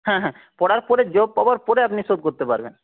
হ্যাঁ হ্যাঁ পড়ার পরে জব পাওয়ার পরে আপনি শোধ করতে পারবেন